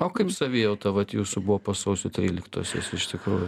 o kaip savijauta vat jūsų buvo po sausio tryliktosios iš tikrųjų